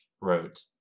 wrote